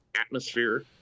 atmosphere